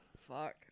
fuck